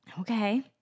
Okay